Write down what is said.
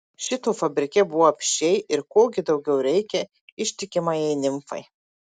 šito fabrike buvo apsčiai ir ko gi daugiau reikia ištikimajai nimfai